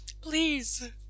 please